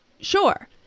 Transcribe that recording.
Sure